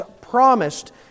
promised